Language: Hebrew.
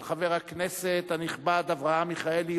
של חבר הכנסת הנכבד אברהם מיכאלי,